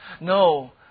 no